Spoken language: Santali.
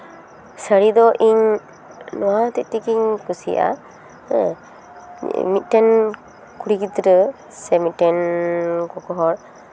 ᱥᱟᱹᱲᱤ ᱫᱚ ᱤᱧ ᱱᱚᱣᱟ ᱦᱚᱛᱮᱡ ᱛᱮᱜᱤᱧ ᱠᱩᱥᱤᱭᱟᱜᱼᱟ ᱦᱮᱸ ᱢᱤᱫᱴᱮᱱ ᱠᱩᱲᱤ ᱜᱤᱫᱽᱨᱟᱹ ᱥᱮ ᱢᱤᱫᱴᱮᱱ ᱜᱚᱜᱚ ᱦᱚᱲ